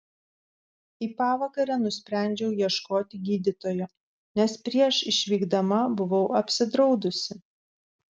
į pavakarę nusprendžiau ieškoti gydytojo nes prieš išvykdama buvau apsidraudusi